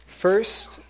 First